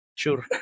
sure